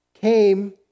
came